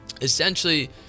essentially